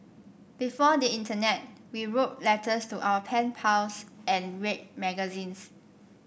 before the internet we wrote letters to our pen pals and read magazines